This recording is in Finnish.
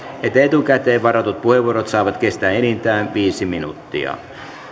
että etukäteen varatut puheenvuorot saavat kestää enintään viisi minuuttia